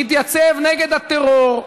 להתייצב נגד הטרור,